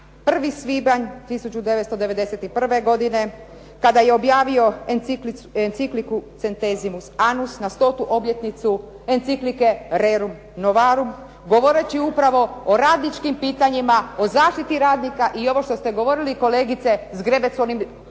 1. svibanj 1991. godine kada je objavio „Enciclica centesimus annus“ na 100. obljetnicu „Enciclica rerum novarum“ govoreći upravo o radničkim pitanjima i zaštiti radnika i ovo što ste govorili kolegice Zgrebec